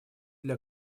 для